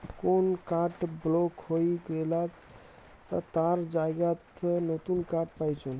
কোন card block হই গেলাত তার জায়গাত নতুন কার্ড পাইচুঙ